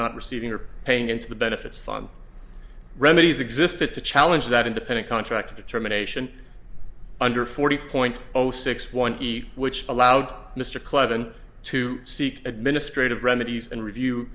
not receiving or paying into the benefits fund remedies existed to challenge that independent contractor determination under forty point zero six one which allowed mr clinton to seek administrative remedies and review